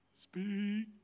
speak